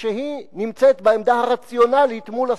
כשהיא בעמדה הרציונלית מול הסחטן,